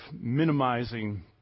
minimizing